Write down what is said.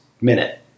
minute